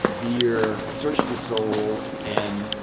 vere searched his soul and